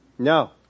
No